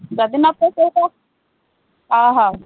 ଯଦି ନ ପୋଷେଇବ ଅ ହଉ